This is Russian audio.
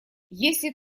если